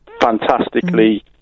fantastically